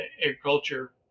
Agriculture